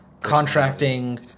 contracting